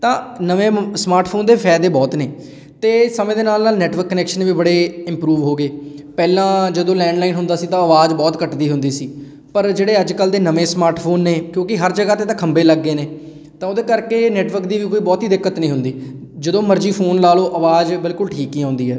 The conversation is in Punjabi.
ਤਾਂ ਨਵੇਂ ਮ ਸਮਾਰਟ ਫੋਨ ਦੇ ਫਾਇਦੇ ਬਹੁਤ ਨੇ ਅਤੇ ਸਮੇਂ ਦੇ ਨਾਲ ਨਾਲ ਨੈਟਵਰਕ ਕਨੈਕਸ਼ਨ ਵੀ ਬੜੇ ਇਮਪਰੂਵ ਹੋ ਗਏ ਪਹਿਲਾਂ ਜਦੋਂ ਲੈਂਡਲਾਈਨ ਹੁੰਦਾ ਸੀ ਤਾਂ ਆਵਾਜ਼ ਬਹੁਤ ਕੱਟਦੀ ਹੁੰਦੀ ਸੀ ਪਰ ਜਿਹੜੇ ਅੱਜ ਕੱਲ੍ਹ ਦੇ ਨਵੇਂ ਸਮਾਰਟ ਫੋਨ ਨੇ ਕਿਉਂਕਿ ਹਰ ਜਗ੍ਹਾ 'ਤੇ ਤਾਂ ਖੰਭੇ ਲੱਗ ਗਏ ਨੇ ਤਾਂ ਉਹਦੇ ਕਰਕੇ ਨੈਟਵਰਕ ਦੀ ਵੀ ਕੋਈ ਬਹੁਤੀ ਦਿੱਕਤ ਨਹੀਂ ਹੁੰਦੀ ਜਦੋਂ ਮਰਜ਼ੀ ਫੋਨ ਲਾ ਲਉ ਆਵਾਜ਼ ਬਿਲਕੁਲ ਠੀਕ ਹੀ ਆਉਂਦੀ ਹੈ